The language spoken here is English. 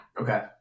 Okay